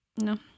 No